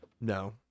No